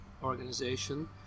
organization